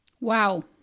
Wow